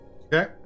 Okay